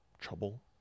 trouble